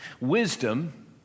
Wisdom